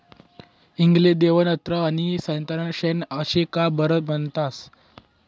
हिंग ले देवनं अन्न आनी सैताननं शेन आशे का बरं म्हनतंस?